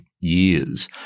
years